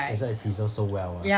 that's why it preserve so well ah